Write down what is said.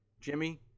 Jimmy